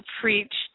preached